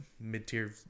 mid-tier